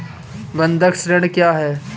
बंधक ऋण क्या है?